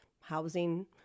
housing